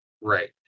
right